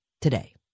today